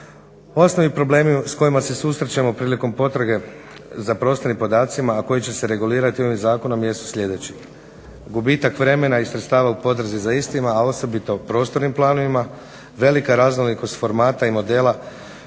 Osnovni problemi s kojima se susrećemo prilikom potrage za prostornim podacima a koji će se regulirati ovim zakonom jesu sljedeći. Gubitak vremena i sredstava u potrazi za istima a osobito prostornim planovima, velika raznolikost formata i modela